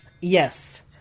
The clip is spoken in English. Yes